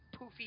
poofy